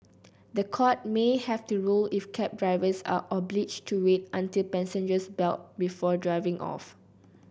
the courts may have to rule if cab drivers are obliged to wait until passengers belt up before driving off